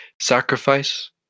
sacrifice